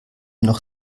noch